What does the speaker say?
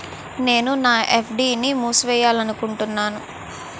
నేను నా ఎఫ్.డి ని మూసివేయాలనుకుంటున్నాను